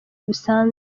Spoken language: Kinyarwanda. busanzwe